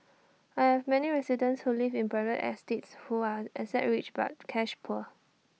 I have many residents who live in private estates who are asset rich but cash poor